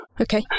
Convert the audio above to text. Okay